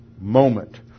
moment